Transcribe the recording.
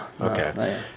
Okay